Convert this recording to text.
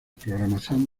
programación